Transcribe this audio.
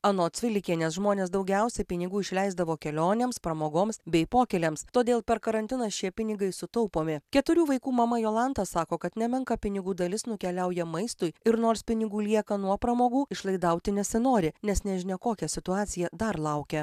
anot cvilikienės žmonės daugiausiai pinigų išleisdavo kelionėms pramogoms bei pokyliams todėl per karantiną šie pinigai sutaupomi keturių vaikų mama jolanta sako kad nemenka pinigų dalis nukeliauja maistui ir nors pinigų lieka nuo pramogų išlaidauti nesinori nes nežinia kokia situacija dar laukia